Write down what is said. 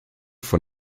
von